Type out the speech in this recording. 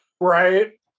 Right